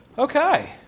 Okay